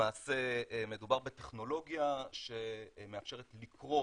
למעשה מדובר בטכנולוגיה שמאפשרת לקרוא